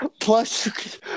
Plus